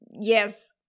Yes